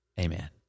amen